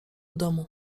domu